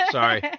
Sorry